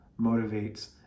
motivates